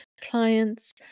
clients